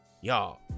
Y'all